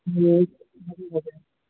ए